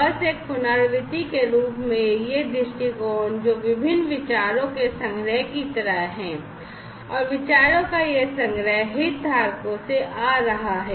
बस एक पुनरावृत्ति के रूप में यह दृष्टिकोण जो विभिन्न विचारों के संग्रह की तरह है और विचारों का यह संग्रह हितधारकों से आ रहा है